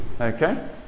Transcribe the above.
okay